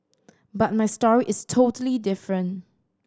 but my story is totally different